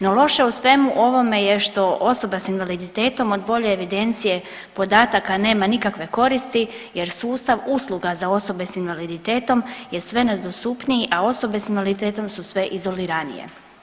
No loše u svemu ovome je što osoba s invaliditetom od bolje evidencije podataka nema nikakve koristi jer sustav usluga za osobe s invaliditetom je sve nedostupniji, a osobe s invaliditetom su sve izoliranije.